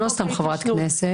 היא לא סתם חברת כנסת,